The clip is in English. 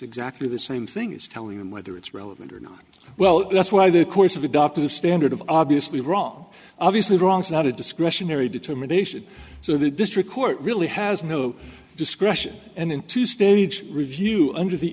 exactly the same thing is telling whether it's relevant or not well that's why the course of adopting the standard of obviously wrong obviously wrong is not a discretionary determination so the district court really has no discretion and into stage review under the